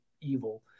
evil